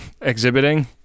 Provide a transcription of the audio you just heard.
exhibiting